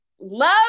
Love